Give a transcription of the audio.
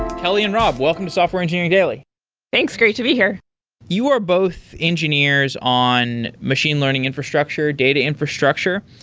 kelly and rob, welcome to software engineering daily thanks. great to be here you are both engineers on machine learning infrastructure, data infrastructure.